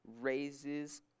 raises